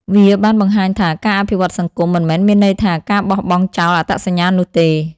វាបានបង្ហាញថាការអភិវឌ្ឍសង្គម មិនមែនមានន័យថាការបោះបង់ចោលអត្តសញ្ញាណនោះទេ។